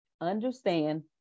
understand